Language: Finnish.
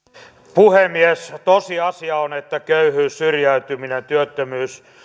puhemies tosiasia on että köyhyys syrjäytyminen ja työttömyys